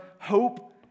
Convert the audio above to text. hope